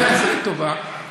תעשה לי טובה.